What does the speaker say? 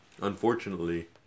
unfortunately